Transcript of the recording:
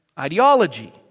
Ideology